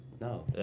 No